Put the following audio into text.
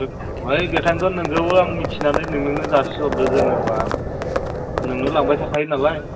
बेखियानोथ' नोंखौबो आं मिथिनानै नोंनोनो जासिहरदों जेनेबा नोंनो लांबाय थाखायो नालाय